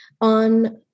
on